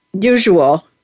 usual